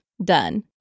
Done